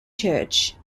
church